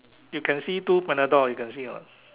you can see two Panadol you can see or not